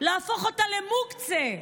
להפוך אותה למוקצה.